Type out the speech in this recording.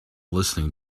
listening